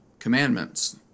Commandments